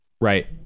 right